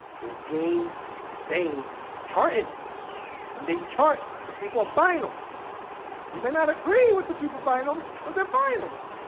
their games stay charted and they chart because people are buying them you may not agree with the people buying them, but they're buying them